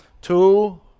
Two